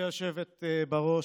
היושבת-ראש,